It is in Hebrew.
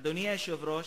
אדוני היושב-ראש,